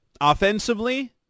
Offensively